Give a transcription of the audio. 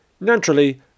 Naturally